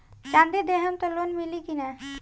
चाँदी देहम त लोन मिली की ना?